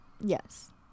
Yes